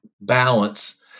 balance